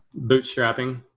Bootstrapping